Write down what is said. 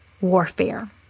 warfare